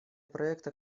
проекта